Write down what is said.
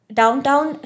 downtown